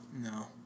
No